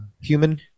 Human